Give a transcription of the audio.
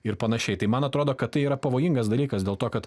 ir panašiai tai man atrodo kad tai yra pavojingas dalykas dėl to kad